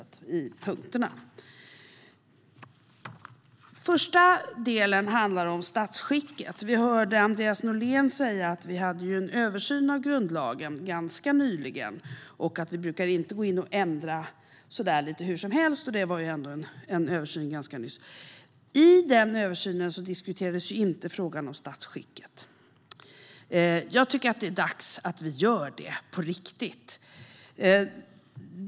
Den första delen handlar om statsskicket. Vi hörde Andreas Norlén säga att vi hade en översyn av grundlagen ganska nyligen, att vi inte brukar gå in och ändra så där lite hur som helst och att det ändå skedde en översyn ganska nyss. I den översynen diskuterades inte frågan om statsskicket. Jag tycker att det är dags att vi gör det på riktigt.